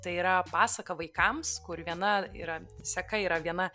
tai yra pasaka vaikams kur viena yra seka yra viena